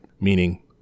meaning